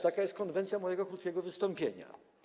Taka jest konwencja mojego krótkiego wystąpienia.